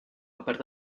aperte